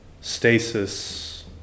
stasis